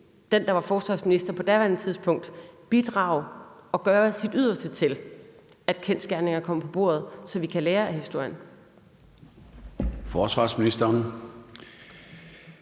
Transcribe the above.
den, der var forsvarsminister på daværende tidspunkt, bidrage til og gøre vores yderste for, at kendsgerninger kommer på bordet, så vi kan lære af historien?